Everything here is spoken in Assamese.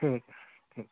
ঠিক আছে ঠিক আছে